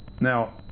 now